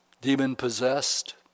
demon-possessed